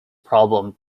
problem